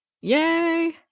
Yay